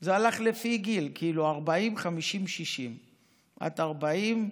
זה היה לפי גיל: 40, 50, 60. את, 40,